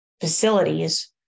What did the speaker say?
facilities